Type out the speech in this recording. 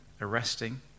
arresting